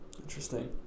Interesting